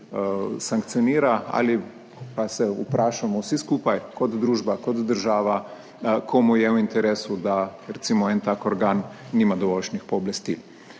ali pa se vprašamo vsi skupaj, kot družba, kot država, komu je v interesu, da recimo en tak organ nima dovoljšnih pooblastil?